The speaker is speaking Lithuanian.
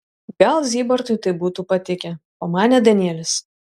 gal zybartui tai būtų patikę pamanė danielis